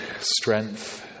strength